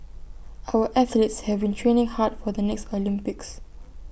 our athletes have been training hard for the next Olympics